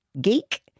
geek